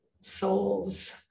souls